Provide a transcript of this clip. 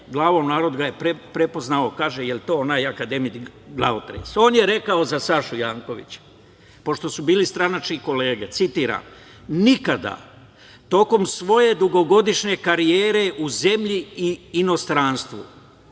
glavom. Narod ga je prepoznao i kaže - jel to onaj akademik "glavotres"? On je rekao za Sašu Jankovića, pošto su bili stranačke kolege, citiram: "Nikada tokom svoje dugogodišnje karijere u zemlji i inostranstvu